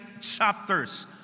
chapters